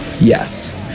yes